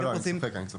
אני צוחק.